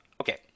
Okay